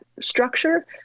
structure